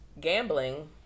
Gambling